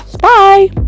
bye